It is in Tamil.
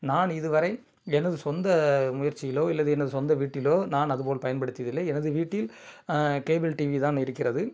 நான் இதுவரை எனது சொந்த முயற்சியிலோ இல்லது எனது சொந்த வீட்டிலோ நான் அதுபோல் பயன்படுத்தியதில்லை எனது வீட்டில் கேபிள் டிவிதான் இருக்கிறது